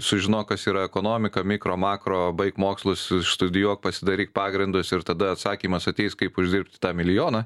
sužinok kas yra ekonomika mikro makro baik mokslus studijuok pasidaryk pagrindus ir tada atsakymas ateis kaip uždirbti tą milijoną